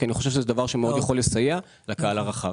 כי אני חושב שזה דבר שמאוד יכול לסייע לקהל הרחב.